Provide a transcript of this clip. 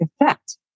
effect